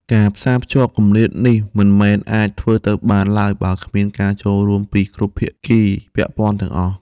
ការផ្សារភ្ជាប់គម្លាតនេះមិនអាចធ្វើទៅបានឡើយបើគ្មានការចូលរួមពីគ្រប់ភាគីពាក់ព័ន្ធទាំងអស់។